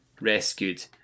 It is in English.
rescued